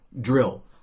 drill